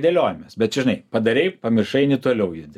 dėliojamės bet čia žinai padarei pamiršai eini toliau judi